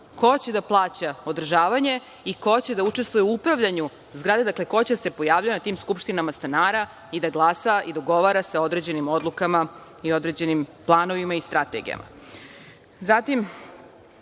ko će da plaća održavanje i ko će da učestvuje u upravljanju zgradom, dakle, ko će da se pojavljuje na tim skupštinama stanara i da glasa i dogovara sa određenim odlukama i određenim planovima i strategijama. Zatim,